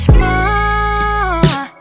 more